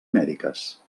mèdiques